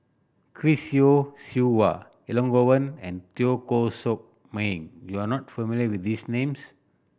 Chris Yeo Siew Hua Elangovan and Teo Koh Sock Miang you are not familiar with these names